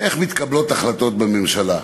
איך מתקבלות החלטות בממשלה?